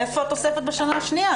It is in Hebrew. איפה התוספת בשנה השניה?